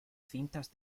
cintas